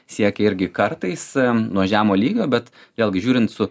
siekė irgi kartais nuo žemo lygio bet vėlgi žiūrint su